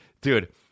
Dude